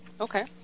Okay